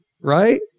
right